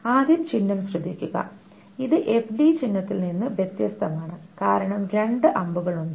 ആദ്യം ചിഹ്നം ശ്രദ്ധിക്കുക ഇത് FD ചിഹ്നത്തിൽ നിന്ന് വ്യത്യസ്തമാണ് കാരണം രണ്ട് അമ്പുകൾ ഉണ്ട്